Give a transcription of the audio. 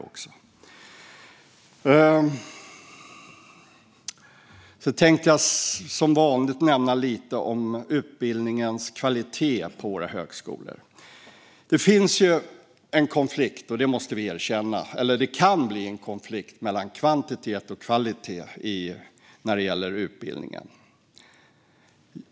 Jag tänkte som vanligt nämna lite om utbildningens kvalitet på våra högskolor. Vi måste erkänna att det finns en konflikt eller att det kan bli en konflikt mellan kvantitet och kvalitet när det gäller utbildningen.